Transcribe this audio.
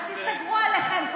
אז תיסגרו על עצמכם,